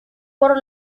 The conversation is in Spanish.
por